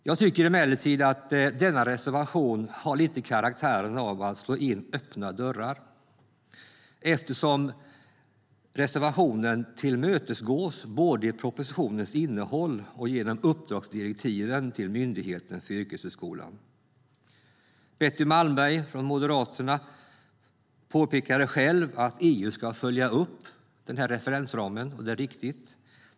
Jag tycker emellertid att denna reservation har lite karaktär av att slå in öppna dörrar, eftersom reservationen tillmötesgås både i propositionens innehåll och genom uppdragsdirektiven till Myndigheten för yrkeshögskolan. Betty Malmberg från Moderaterna påpekade själv att EU ska följa upp referensramen, och det är riktigt.